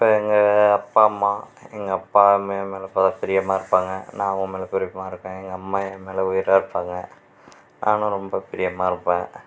இப்போ எங்கள் அப்பா அம்மா எங்கள் அப்பா அது மாரி என் மேல் பிரியமாக இருப்பாங்க நான் அவங்க மேல் பிரியமாக இருப்பேன் எங்கள் அம்மா என் மேல் உயிராக இருப்பாங்க நான் ரொம்ப பிரியமாக இருப்பேன்